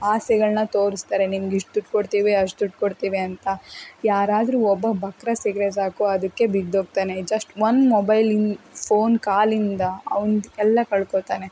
ಆಸೆಗಳನ್ನ ತೋರಿಸ್ತಾರೆ ನಿಮಗೆ ಇಷ್ಟು ದುಡ್ಡು ಕೊಡ್ತೀವಿ ಅಷ್ಟು ದುಡ್ಡು ಕೊಡ್ತೀವಿ ಅಂತ ಯಾರಾದರೂ ಒಬ್ಬ ಬಕರಾ ಸಿಕ್ಕರೆ ಸಾಕು ಅದಕ್ಕೆ ಬಿದ್ದೋಗ್ತಾನೆ ಜಸ್ಟ್ ಒಂದು ಮೊಬೈಲಿನ ಫೋನ್ ಕಾಲಿಂದ ಅವ್ನ್ದು ಎಲ್ಲ ಕಳ್ಕೊತಾನೆ